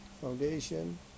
Foundation